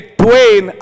twain